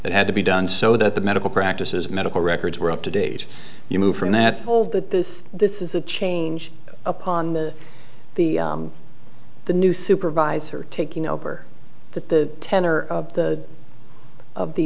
that had to be done so that the medical practices medical records were up to date you move from that hold that this this is the change upon the the the new supervisor taking over the tenor of the of the